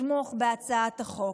לתמוך בהצעת החוק.